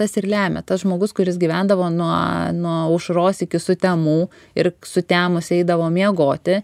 tas ir lemia tas žmogus kuris gyvendavo nuo nuo aušros iki sutemų ir sutemus eidavo miegoti